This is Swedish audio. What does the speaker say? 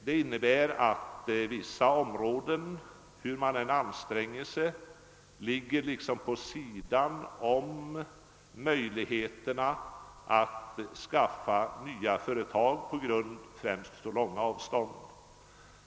Det innebär att vissa områden, hur man än anstränger sig, ligger liksom vid sidan om möjligheterna att skaffa nya företag på grund av främst långa avstånd.